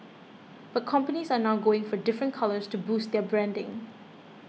but companies are now going for different colours to boost their branding